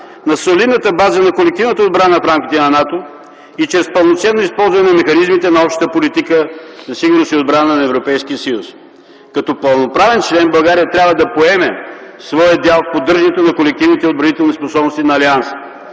на солидната база на колективната отбрана в рамките на НАТО и чрез пълноценно използване на механизмите на общата политика за сигурност и отбрана на Европейския съюз. Като пълноправен член България трябва да поеме своя дял в поддържането на колективните отбранителни способности на Алианса,